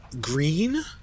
green